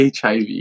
HIV